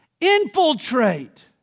infiltrate